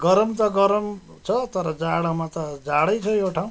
गरम त गरम छ तर जाडोमा त जाडै छ यो ठाउँ